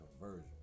conversion